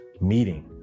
meeting